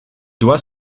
doit